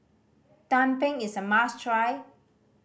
tumpeng is a must try